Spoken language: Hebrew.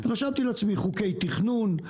רשמתי לעצמי: חוקי תכנון,